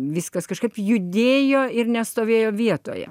viskas kažkaip judėjo ir nestovėjo vietoje